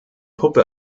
puppe